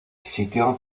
sitio